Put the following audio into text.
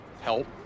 help